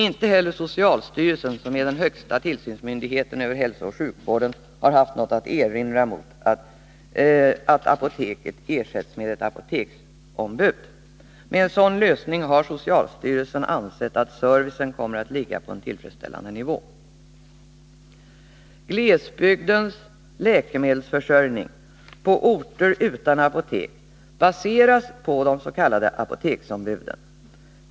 Inte heller socialstyrelsen, som är den högsta tillsynsmyndigheten för hälsooch sjukvården, har haft något att erinra mot att apoteket i Dalarö ersätts med ett apoteksombud. Med denna lösning har socialstyrelsen ansett att servicen kommer att ligga på en tillfredsställande nivå. Glesbygdens läkemedelsförsörjning på orter utan apotek baseras på de s.k. apoteksombuden.